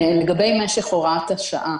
לגבי משך הוראת השעה